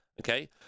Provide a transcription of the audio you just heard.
okay